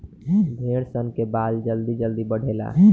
भेड़ सन के बाल जल्दी जल्दी बढ़ेला